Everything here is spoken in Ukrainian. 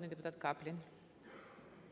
депутат Каплін.